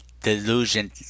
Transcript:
Delusion